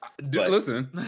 listen